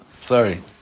Sorry